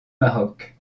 maroc